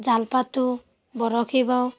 জাল পাতো বৰশী বাওঁ